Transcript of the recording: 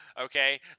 okay